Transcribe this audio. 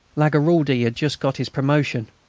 lagaraldi had just got his promotion,